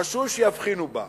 רצוי שיבחינו בה.